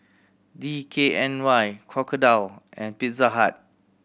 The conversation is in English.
D K N Y Crocodile and Pizza Hut